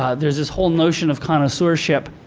ah there's this whole notion of connoisseurship.